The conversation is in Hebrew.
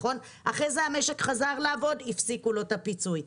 אחרי זה המשק חזר לעבודה הפסיקו לו את הפיצוי.